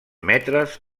metres